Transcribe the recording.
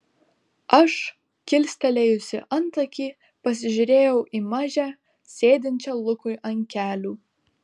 aš kilstelėjusi antakį pasižiūrėjau į mažę sėdinčią lukui ant kelių